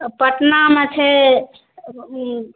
आ पटनामे छै